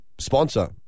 sponsor